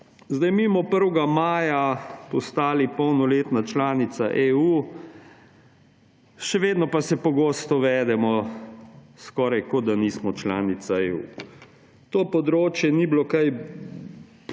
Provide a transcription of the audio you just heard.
Mi bomo 1. maja postali polnoletna članica EU, še vedno pa se pogosto vedemo skoraj, kot da nismo članica EU. To področje ni bilo kaj